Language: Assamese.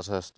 যথেষ্ট